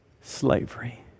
slavery